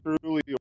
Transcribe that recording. truly